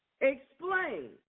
Explain